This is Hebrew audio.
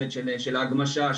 של ההגמשה,